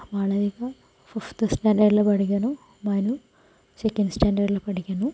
Malavika fifth സ്റ്റാൻഡേഡിൽ പഠിക്കുന്നു Manu second സ്റ്റാൻഡേഡിൽ പഠിക്കുന്നു